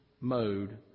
mode